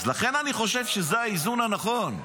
אז לכן, אני חושב שזה האיזון הנכון.